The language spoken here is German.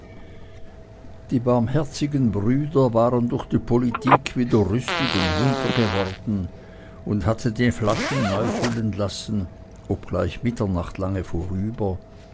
die barmherzigen brüder waren durch die politik wieder rüstig und munter geworden und hatten die flaschen neu füllen lassen obgleich mitternacht lange vorüber